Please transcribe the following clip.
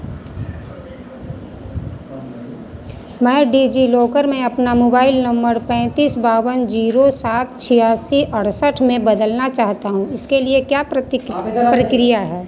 मैं डिजिलॉकर में अपना मोबाइल नंबर पैंतीस बावन ज़ीरो सात छियासी अड़सठ में बदलना चाहता हूँ इसके लिए क्या प्रतिक्री प्रक्रिया है